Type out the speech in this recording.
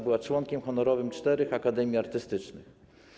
Była członkiem honorowym czterech akademii artystycznych.